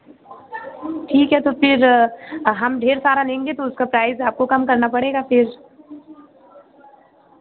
ठीक है तो फिर हम ढेर सारा लेंगे तो उसका प्राइस आपको कम करना पड़ेगा फिर